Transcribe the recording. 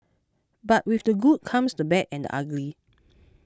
but with the good comes the bad and ugly